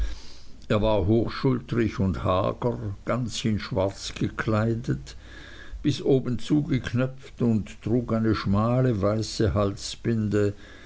er war hochschultrig und hager ganz in schwarz gekleidet bis oben zugeknöpft trug eine schmale weiße halsbinde